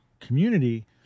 community